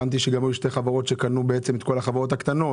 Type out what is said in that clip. הבנתי שהיו שתי חברות שקנו את כל החברות הקטנות,